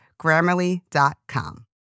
Grammarly.com